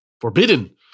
forbidden